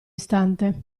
istante